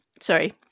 Sorry